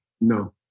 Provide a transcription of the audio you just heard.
No